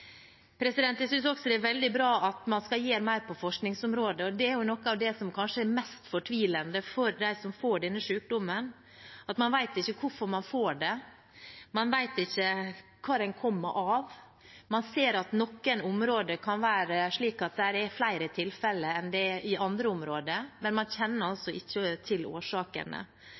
er veldig bra at man skal gjøre mer på forskningsområdet. Det er noe av det som kanskje er mest fortvilende for dem som får denne sykdommen, at man ikke vet hvorfor man får det, man vet ikke hva den kommer av. Man ser at det i noen områder kan være flere tilfeller enn det er i andre områder, men man kjenner ikke til årsakene.